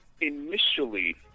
initially